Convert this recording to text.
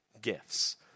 gifts